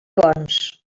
bons